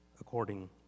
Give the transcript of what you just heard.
according